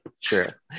Sure